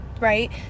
right